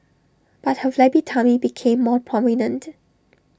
but her flabby tummy became more prominent